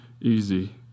easy